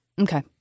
Okay